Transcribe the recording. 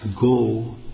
go